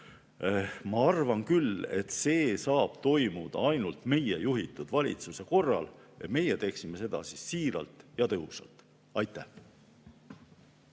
ma arvan küll, et see saab toimuda ainult meie juhitud valitsuse korral. Meie teeksime seda siiralt ja tõhusalt. Aitäh!